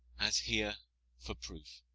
as here for proof.